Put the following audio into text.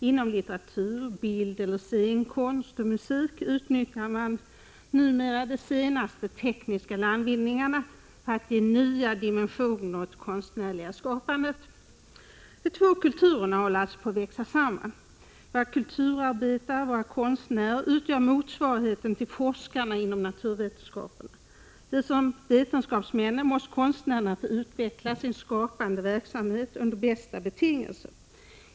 Inom litteratur, bildkonst eller scenkonst och musik utnyttjar man numera de senaste tekniska landvinningarna för att ge nya dimensioner åt det konstnärliga skapandet. De två kulturerna håller alltså på att växa samman. Våra kulturarbetare, våra konstnärer, utgör motsvarigheten till forskarna inom naturvetenskaperna. Liksom vetenskapsmännen måste konstnärerna få utveckla sin skapande verksamhet under bästa betingelser.